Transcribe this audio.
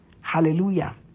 Hallelujah